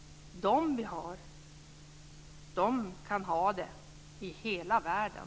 De vi har kan ha det i hela världen.